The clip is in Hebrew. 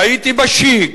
והייתי ב"שיג",